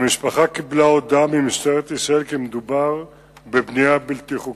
המשפחה קיבלה הודעה ממשטרת ישראל כי מדובר בבנייה לא חוקית.